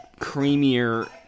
creamier